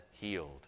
healed